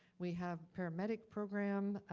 we have paramedic program,